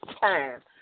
time